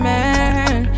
Man